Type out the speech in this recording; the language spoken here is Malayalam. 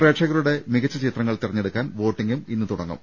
പ്രേഷകരുടെ മികച്ച ചിത്രങ്ങൾ തിരഞ്ഞെടുക്കാൻ വോട്ടിംഗും ഇ ന്ന് തുടങ്ങും